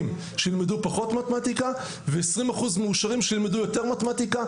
שילמדו פחות מתמטיקה ו-20% מאושרים שילמדו יותר מתמטיקה,